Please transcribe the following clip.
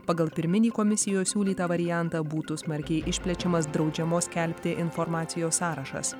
pagal pirminį komisijos siūlytą variantą būtų smarkiai išplečiamas draudžiamos skelbti informacijos sąrašas